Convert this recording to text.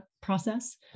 process